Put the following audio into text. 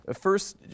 First